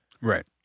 Right